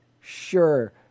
sure